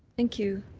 thank you.